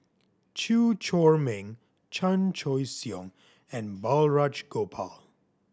Chew Chor Meng Chan Choy Siong and Balraj Gopal